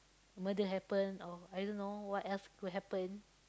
murder happen or I don't know what else could happen